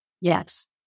Yes